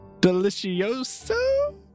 Delicioso